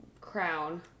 crown